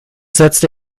setzte